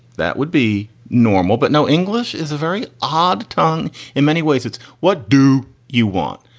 that would be normal. but no, english is a very odd tongue in many ways. it's what do you want?